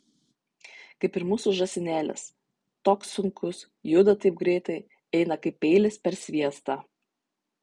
kaip ir mūsų žąsinėlis toks sunkus juda taip greitai eina kaip peilis per sviestą